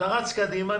אתה רץ קדימה,